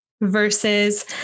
Versus